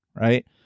right